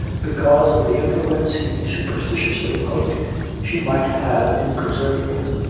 because of the influence he superstitiously hoped she might have in preserving him!